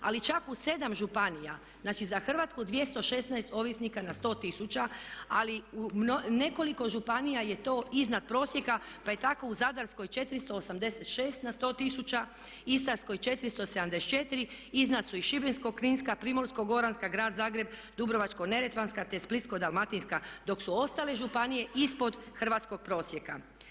Ali čak u 7 županija, znači za Hrvatsku 216 ovisnika na 100 tisuća ali u nekoliko županija je to iznad prosjeka pa je tako u Zadarskoj 486 na 100 tisuća, Istarskoj 474, iznad su i Šibensko-kninska, Primorsko-goranska, Grad Zagreb, Dubrovačko-neretvanska te Splitsko-dalmatinska dok su ostale županije ispod hrvatskog prosjeka.